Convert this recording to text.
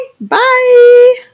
Bye